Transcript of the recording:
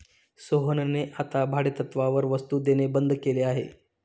सोहनने आता भाडेतत्त्वावर वस्तु देणे बंद केले आहे